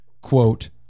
quote